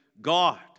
God